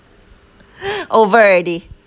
over already